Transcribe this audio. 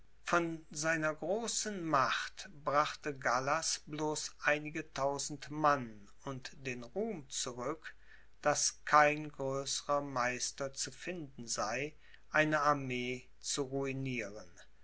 von seiner großen macht brachte gallas bloß einige tausend mann und den ruhm zurück daß kein größerer meister zu finden sei eine armee zu ruinieren